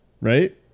right